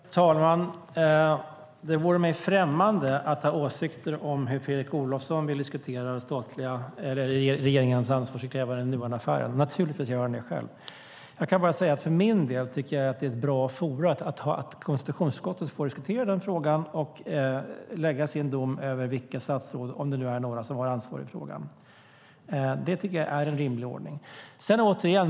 Fru talman! Det vore mig främmande att ha åsikter om hur Fredrik Olovsson vill diskutera regeringens ansvarsutkrävande i Nuonaffären - naturligtvis avgör han själv hur han vill göra det. Jag kan bara säga att jag tycker att det är bra att konstitutionsutskottet får diskutera frågan och lägga sin dom över vilka statsråd, om det nu är några, som har ansvar i frågan. Det tycker jag är en rimlig ordning.